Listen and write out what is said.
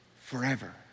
forever